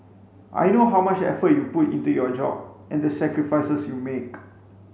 I know how much effort you put into your job and the sacrifices you make